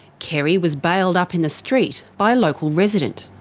kerri was bailed up in the street by a local resident.